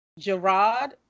Gerard